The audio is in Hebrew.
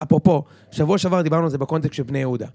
אפרופו, שבוע שעבר דיברנו על זה בקונטקסט של בני יהודה